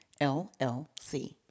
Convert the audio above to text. LLC